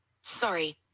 Sorry